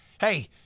hey